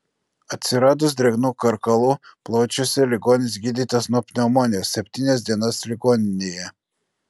atsiradus drėgnų karkalų plaučiuose ligonis gydytas nuo pneumonijos septynias dienas ligoninėje